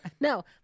No